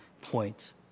point